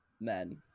men